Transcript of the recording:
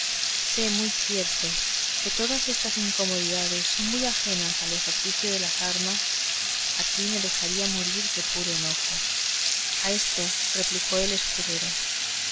sé muy cierto que todas estas incomodidades son muy anejas al ejercicio de las armas aquí me dejaría morir de puro enojo a esto replicó el escudero